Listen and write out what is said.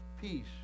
peace